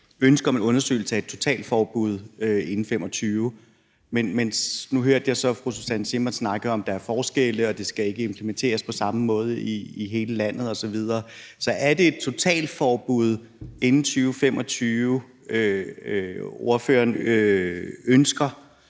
ønske om en undersøgelse af et totalforbud inden 2025, mens jeg nu hørte fru Susanne Zimmer snakke om, at der er forskelle, og at det ikke skal implementeres på samme måde i hele landet osv. Så er det et totalforbud inden 2025, ordføreren ønsker,